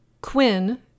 Quinn